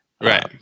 Right